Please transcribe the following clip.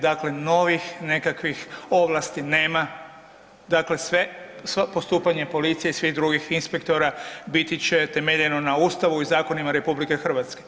Dakle, novih nekakvih ovlasti nema, postupanje policije i svih drugih inspektora biti će temeljeno na Ustavu i zakonima RH.